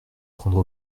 prendre